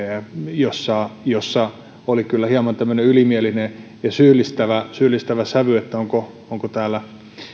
jossa jossa oli kyllä hieman ylimielinen ja syyllistävä syyllistävä sävy sen suhteen onko täällä